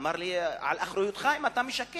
אמר לי: על אחריותך אם אתה משקר,